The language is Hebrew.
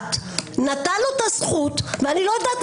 המשפט נתן לו את הזכות והאמת,